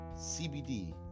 cbd